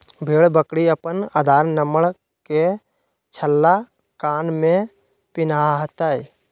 भेड़ बकरी अपन आधार नंबर के छल्ला कान में पिन्हतय